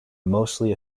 mostly